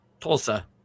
Tulsa